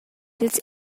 dils